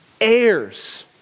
heirs